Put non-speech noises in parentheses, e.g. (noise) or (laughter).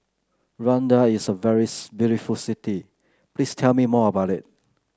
Luanda is a very (unintelligible) beautiful city please tell me more about it